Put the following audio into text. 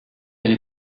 elle